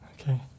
Okay